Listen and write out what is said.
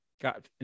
got